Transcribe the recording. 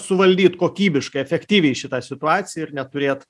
suvaldyt kokybiškai efektyviai šitą situaciją ir neturėt